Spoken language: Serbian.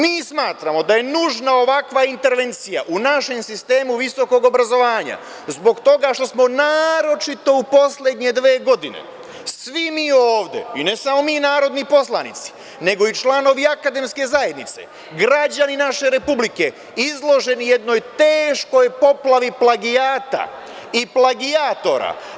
Mi smatramo da je nužna ovakva intervencija u našem sistemu visokog obrazovanja zbog toga što smo naročito u poslednje dve godine svi mi ovde, i ne samo mi narodni poslanici, nego i članovi akademske zajednice, građani naše Republike, izloženi jednoj teškoj poplavi plagijata i plagijatora.